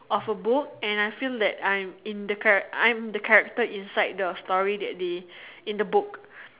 of a book and I feel that I'm in the char~ I'm the character in the story in the book